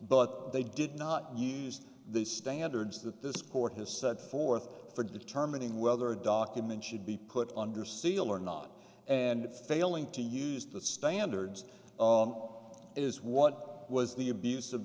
but they did not use the standards that this court has set forth for determining whether a document should be put under seal or not and failing to use the standards is what was the abuse of